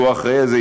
שהוא האחראי לזה,